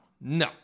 no